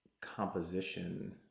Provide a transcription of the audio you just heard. composition